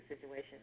situation